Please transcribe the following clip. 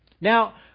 Now